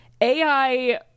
AI